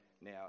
now